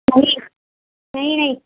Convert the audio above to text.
نہیں نہیں نہیں